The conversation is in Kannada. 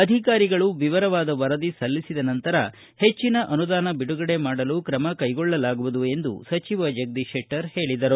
ಅಧಿಕಾರಿಗಳು ವಿವರವಾದ ವರದಿ ಸಲ್ಲಿಸಿದ ನಂತರ ಹೆಚ್ಚಿನ ಅನುದಾನ ಬಿಡುಗಡೆ ಮಾಡಲು ಕ್ರಮ ಕೈಗೊಳ್ಳಲಾಗುವುದು ಎಂದು ಸಚಿವ ಜಗದೀಶ ಶೆಟ್ಟರ್ ಹೇಳಿದರು